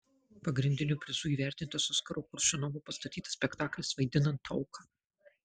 pagrindiniu prizu įvertintas oskaro koršunovo pastatytas spektaklis vaidinant auką